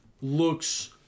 looks